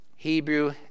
Hebrew